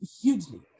hugely